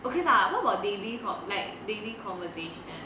okay lah what about daily called like daily conversation